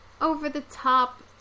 over-the-top